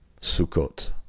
Sukkot